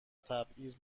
تبعیض